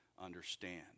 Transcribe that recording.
understand